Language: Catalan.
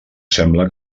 sembla